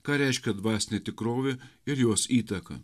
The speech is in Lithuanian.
ką reiškia dvasinė tikrovė ir jos įtaka